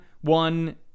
one